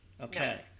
Okay